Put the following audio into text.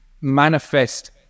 manifest